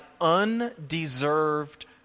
undeserved